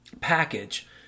package